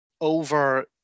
over